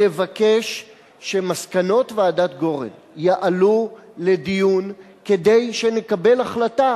ולבקש שמסקנות ועדת-גורן יעלו לדיון כדי שנקבל החלטה,